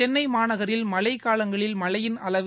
சென்னை மாநகரில் மழைக்காலங்களில் மழையின் அளவு